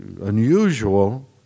unusual